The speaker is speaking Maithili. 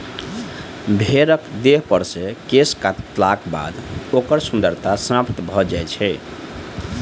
भेंड़क देहपर सॅ केश काटलाक बाद ओकर सुन्दरता समाप्त भ जाइत छै